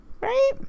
right